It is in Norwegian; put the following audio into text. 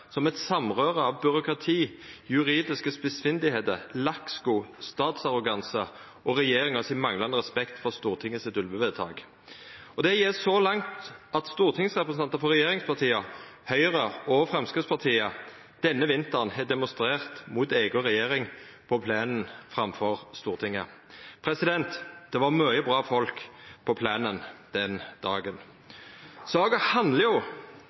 som eit samrøre av byråkrati, juridisk ordkløyving, lakksko, statsarroganse og den manglande respekten regjeringa har for Stortingets ulvevedtak. Det gjekk så langt at stortingsrepresentantar frå regjeringspartia, Høgre og Framstegspartiet, denne vinteren har demonstrert mot si eiga regjering på plenen framfor Stortinget. President, det var mykje bra folk på plenen den dagen! Saka handlar om